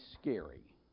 scary